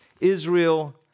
Israel